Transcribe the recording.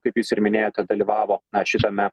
kaip jūs ir minėjot kad dalyvavo šitame